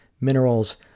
minerals